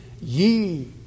ye